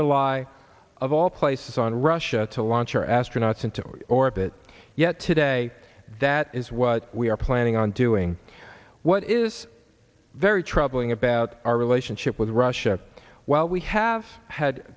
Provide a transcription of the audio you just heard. rely of all places on russia to launch our astronauts into orbit yet today that is what we are planning on doing what is very troubling about our relationship with russia while we have had